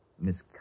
Miss